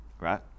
right